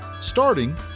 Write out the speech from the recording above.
starting